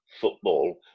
football